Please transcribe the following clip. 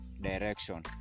direction